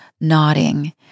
nodding